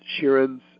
Sheeran's